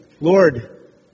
Lord